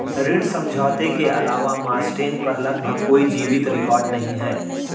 ऋण समझौते के अलावा मास्टेन पर लगभग कोई जीवित रिकॉर्ड नहीं है